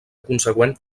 consegüent